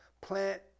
plant